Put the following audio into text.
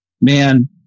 man